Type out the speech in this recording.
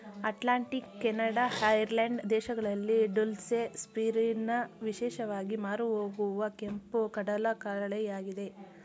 Atlantic, Canada, Ireland ದೇಶಗಳಲ್ಲಿ dulse, spirulina ವಿಶೇಷವಾಗಿ ಮಾರುಹೋಗುವ ಕೆಂಪು ಕಡಲಕಳೆಯಾಗಿದೆ